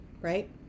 right